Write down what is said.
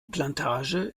plantage